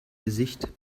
gesicht